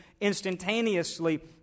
instantaneously